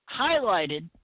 highlighted